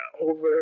over